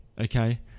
okay